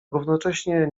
równocześnie